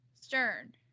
Stern